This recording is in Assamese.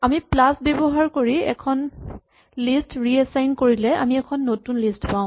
আমি প্লাচ ব্যৱহাৰ কৰি এখন লিষ্ট ৰিএচাইন কৰিলে আমি এখন নতুন লিষ্ট পাওঁ